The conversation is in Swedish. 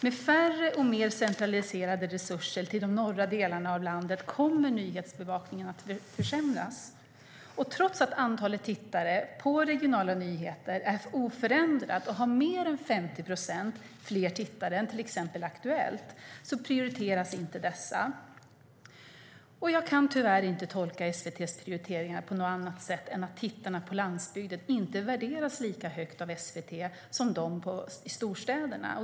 Med färre och mer centraliserade resurser till de norra delarna av landet kommer nyhetsbevakningen att försämras. Trots att antalet tittare när det gäller regionala nyheter är oförändrat och har mer än 50 procent fler tittare än till exempel Aktuellt prioriteras inte dessa. Jag kan tyvärr inte tolka SVT:s prioriteringar på något annat sätt än att tittarna på landsbygden inte värderas lika högt av SVT som tittarna i storstäderna.